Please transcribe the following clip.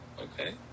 Okay